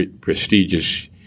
prestigious